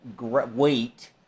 weight